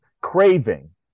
craving